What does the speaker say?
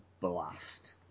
blast